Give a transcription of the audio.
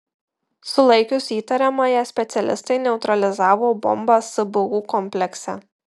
sulaikius įtariamąją specialistai neutralizavo bombą sbu komplekse